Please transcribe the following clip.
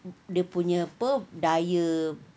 dia punya apa daya